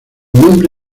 nombre